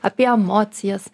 apie emocijas